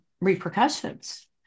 repercussions